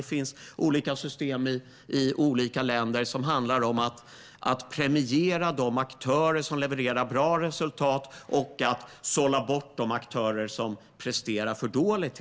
Det finns olika system i olika länder, där man premierar de aktörer som levererar bra resultat och sållar bort dem som presterar för dåligt.